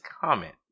comment